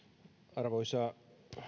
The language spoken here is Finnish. arvoisa